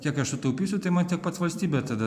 kiek aš sutaupysiu tai man tiek pat valstybė tada